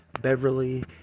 Beverly